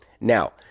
Now